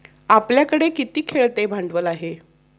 आपल्याकडे किती खेळते भांडवल आहे?